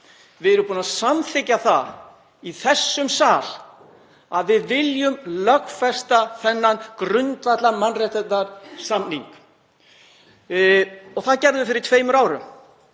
Við erum búin að samþykkja það í þessum sal að við viljum lögfesta þennan grundvallarmannréttindasamning og það gerðum við fyrir tveimur árum.